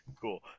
Cool